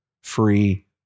free